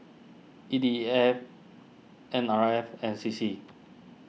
E D E F N R F and C C